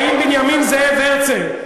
האם בנימין זאב הרצל,